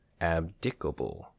abdicable